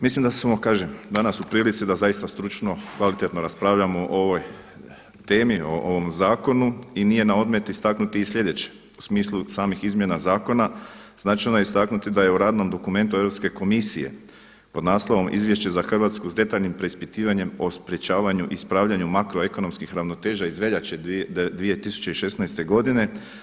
Mislim da smo kažem danas u prilici da zaista stručno, kvalitetno raspravljamo o ovoj temi, o ovom zakonu i nije na odmet istaknuti i slijedeće, u smislu samih izmjena zakona značajno je istaknuti da je u radnom dokumentu Europske komisije pod naslovom „Izvješće za Hrvatsku s detaljnim preispitivanjem o sprječavanju, ispravljanju makroekonomskih ravnoteža“ iz veljače 2016. godine.